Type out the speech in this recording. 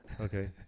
Okay